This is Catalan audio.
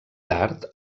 tard